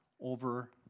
over